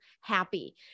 happy